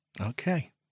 Okay